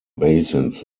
basins